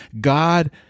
God